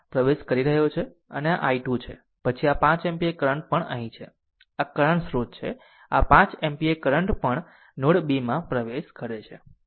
આમ આ i 2 છે પછી આ 5 એમ્પીયર કરંટ પણ અહીં છે આ કરંટ સ્રોત છે આ 5 એમ્પીયર કરંટ પણ નોડ 2 માં પ્રવેશ કરે છે